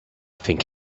think